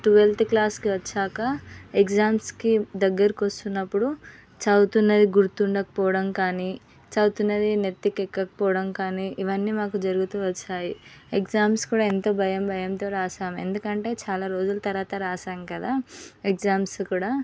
twelfth క్లాస్కి వచ్చాక ఎగ్జామ్స్కి దగ్గరకు వస్తున్నప్పుడు చదువుతున్నది గుర్తుండక పోవడం కానీ చదువుతున్నది నెత్తికి ఎక్కకపోవడం కానీ ఇవన్నీ మాకు జరుగుతూ వచ్చాయి ఎగ్జామ్స్ కూడా ఎంతో భయం భయంతో రాసాము ఎందుకంటే చాలా రోజుల తర్వాత రాసాము కదా ఎగ్జామ్స్ కూడా